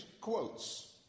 quotes